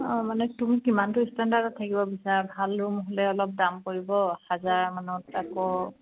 অঁ মানে তুমি কিমানটো ষ্টেণ্ডাৰ্ডত থাকিব বিচৰা ভাল ৰুম হ'লে অলপ দাম পৰিব হাজাৰ মানত আকৌ